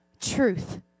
truth